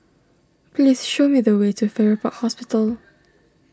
please show me the way to Farrer Park Hospital